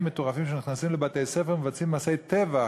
מטורפים שנכנסים לבתי-ספר ומבצעים מעשי טבח,